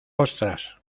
ostras